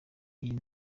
iyi